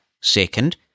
Second